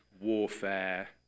warfare